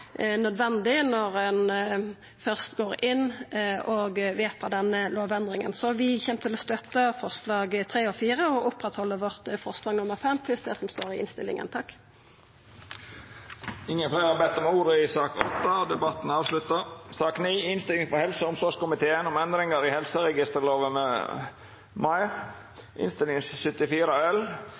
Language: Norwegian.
nødvendig når ein først går inn og vedtar denne lovendringa, så vi kjem til å støtta forslaga nr. 3 og 4 og oppretthalda vårt forslag, nr. 5, pluss det som står i innstillinga. Fleire har ikkje bedt om ordet til sak nr. 8. Etter ønske frå helse- og omsorgskomiteen vil presidenten ordna debatten slik: 3 minutt til kvar partigruppe og